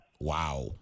Wow